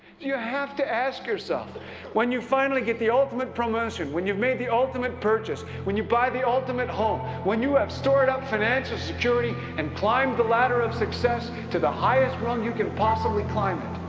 you have to ask yourself when you finally get the ultimate promotion when you have made the ultimate purchase when you buy the ultimate home when you have stored up financial security and climbed the ladder of success to the highest rung you can possibly climb it.